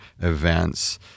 events